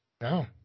No